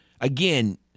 again